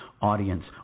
audience